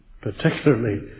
particularly